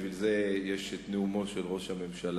בשביל זה יש נאומו של ראש הממשלה,